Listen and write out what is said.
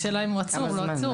והשאלה אם הוא עצור או לא עצור.